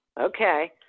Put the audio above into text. Okay